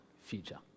future